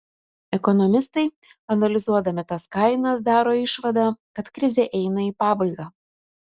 ekonomistai analizuodami tas kainas daro išvadą kad krizė eina į pabaigą